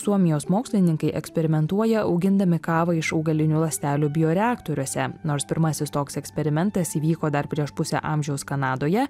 suomijos mokslininkai eksperimentuoja augindami kavą iš augalinių ląstelių bioreaktoriuose nors pirmasis toks eksperimentas įvyko dar prieš pusę amžiaus kanadoje